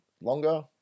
longer